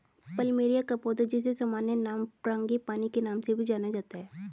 plumeria का पौधा, जिसे सामान्य नाम फ्रांगीपानी के नाम से भी जाना जाता है